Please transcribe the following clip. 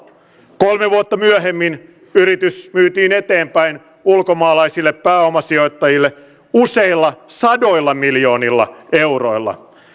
kolme vuotta myöhemmin yritys myytiin eteenpäin ulkomaalaisille pääomasijoittajille useilla sadoilla miljoonilla euroilla